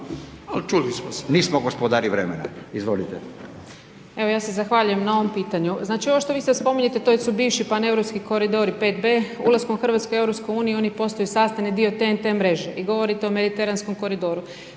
(Nezavisni)** Nismo gospodari vremena. Izvolite. **Brnjac, Nikolina** Evo ja se zahvaljujem na ovom pitanju. Znači, ovo što vi sad spominjete to su bivši paneuropski koridori, 5B, ulaskom Hrvatske u EU oni postaju sastavni dio TNT mreže i govorite o Mediteranskom koridoru.